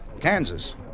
Kansas